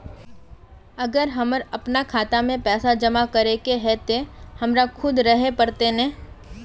अगर हमर अपना खाता में पैसा जमा करे के है ते हमरा खुद रहे पड़ते ने?